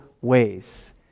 ways